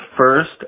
First